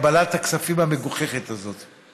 בקבלת הכספים המגוחכת הזאת.